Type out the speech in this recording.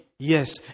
Yes